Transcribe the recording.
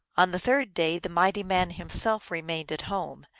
on the third day the mighty man himself remained at home,